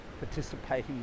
participating